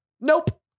Nope